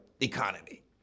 economy